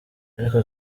ariko